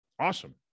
Awesome